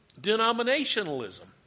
denominationalism